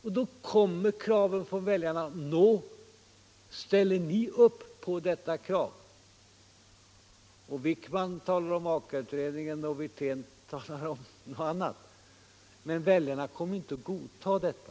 Men då kommer frågan från väljarna till de båda andra borgerliga partierna: Nå, ställer ni upp på dessa krav? Herr Wijkman talar om Aka-utredningen, och herr Wirtén talar om något annat. Men väljarna kommer inte att godta detta.